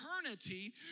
eternity